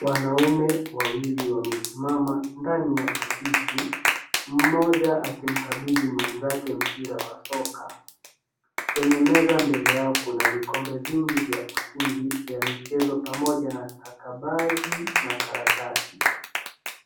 Wanaume wawili wamesimama ndani ya ofisi, mmoja akimkabidhi mwenzake mpira wa soka. Kwenye meza mbele yao kuna vikombe vingi vya ushindi vya michezo pamoja na stakabadhi na karatasi.